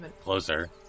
closer